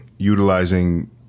Utilizing